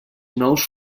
nous